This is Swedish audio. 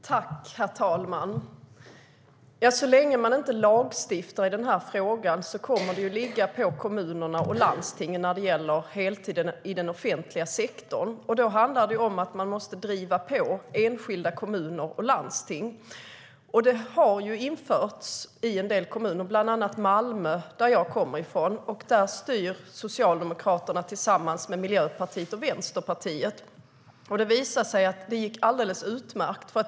Herr talman! Så länge man inte lagstiftar i frågan kommer frågan om heltid i den offentliga sektorn att ligga på kommunerna och landstingen. Då handlar det om att driva på enskilda kommuner och landsting. I Malmö, som jag kommer från, styr Socialdemokraterna tillsammans med Miljöpartiet och Vänsterpartiet, och där har rätt till heltid införts. Det har visat sig att det går alldeles utmärkt.